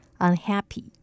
Unhappy